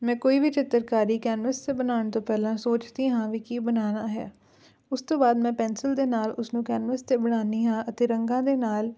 ਮੈਂ ਕੋਈ ਵੀ ਚਿੱਤਰਕਾਰੀ ਕੈਂਨਵਸ 'ਤੇ ਬਣਾਉਣ ਤੋਂ ਪਹਿਲਾਂ ਸੋਚਦੀ ਹਾਂ ਵੀ ਕੀ ਬਣਾਉਣਾ ਹੈ ਉਸ ਤੋਂ ਬਾਅਦ ਮੈਂ ਪੈਨਸਿਲ ਦੇ ਨਾਲ ਉਸਨੂੰ ਕੈਂਨਵਸ 'ਤੇ ਬਣਾਉਦੀ ਹਾਂ ਅਤੇ ਰੰਗਾਂ ਦੇ ਨਾਲ